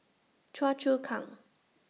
Choa Chu Kang